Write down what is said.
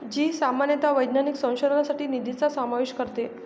जी सामान्यतः वैज्ञानिक संशोधनासाठी निधीचा समावेश करते